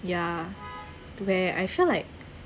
yeah where I felt like